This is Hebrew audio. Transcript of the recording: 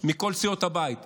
מכל סיעות הבית לגנות,